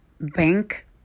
bank